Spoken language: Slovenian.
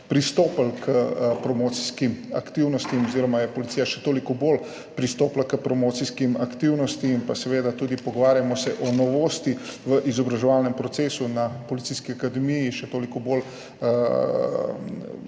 pristopili k promocijskim aktivnostim oziroma je policija še toliko bolj pristopila k promocijskim aktivnostim in seveda pogovarjamo se tudi o novosti v izobraževalnem procesu na Policijski akademiji, še toliko bolj,